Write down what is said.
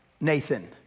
Nathan